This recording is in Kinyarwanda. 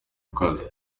ukaze